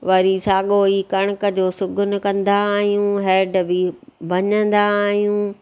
वरी साॻियोई कणिक जो शगुन कंदा आहियूं हैड बि भञंदा आहियूं